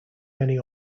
many